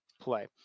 play